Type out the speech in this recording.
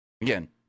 again